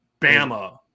Bama